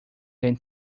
than